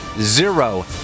Zero